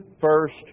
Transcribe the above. first